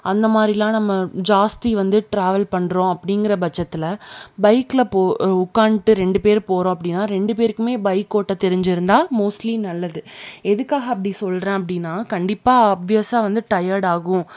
அந்தமாதிரில்லாம் நம்ம ஜாஸ்தி வந்து டிராவல் பண்றோம் அப்படிங்கிற பட்சத்தில் பைக்கில் போ உக்காந்துட்டு ரெண்டு பேர் போகிறோம் அப்படின்னா ரெண்டு பேருக்குமே பைக் ஓட்டத் தெரிஞ்சிருந்தால் மோஸ்ட்லி நல்லது எதுக்காக அப்படி சொல்கிறேன் அப்படின்னா கண்டிப்பாக ஆப்வியஸாக வந்து டயர்ட் ஆகும்